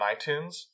iTunes